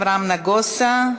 אברהם נגוסה,